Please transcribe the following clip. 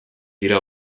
dira